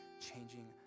changing